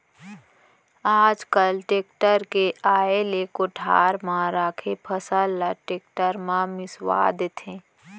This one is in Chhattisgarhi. आज काल टेक्टर के आए ले कोठार म राखे फसल ल टेक्टर म मिंसवा देथे